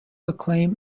acclaim